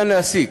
אפשר להסיק